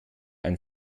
ein